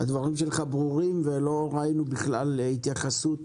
הדברים שלך ברורים ולא באים בכלל להתייחסות